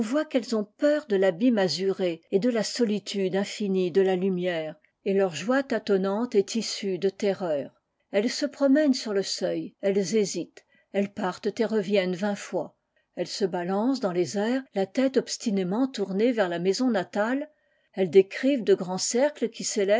qu'elles ont peur de l'abîme azuré et de la solitude infinie de la lumière et leur joie tâtonnante est tissue de terreurs elles se promènent sur le seuil elles hésitent elles partent et reviennent vingt fois elles se balancent dans les airs la tête obstinément tournée vers la maison natale elles décrivent de grands cercles qui